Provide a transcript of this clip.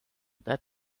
that